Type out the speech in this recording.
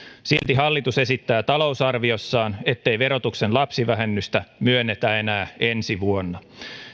silti hallitus esittää talousarviossaan ettei verotuksen lapsivähennystä myönnetä enää ensi vuonna